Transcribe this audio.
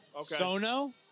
Sono